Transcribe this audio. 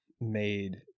made